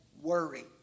worry